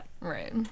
Right